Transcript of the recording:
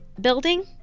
building